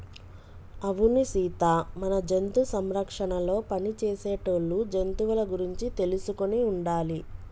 అవును సీత మన జంతు సంరక్షణలో పని చేసేటోళ్ళు జంతువుల గురించి తెలుసుకొని ఉండాలి